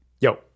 yo